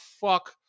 fuck